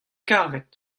karet